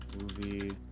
movie. (